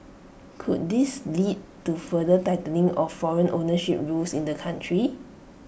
could this lead to further tightening of foreign ownership rules in the country